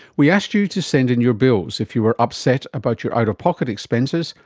we asked you to send in your bills if you were upset about your out-of-pocket expenses,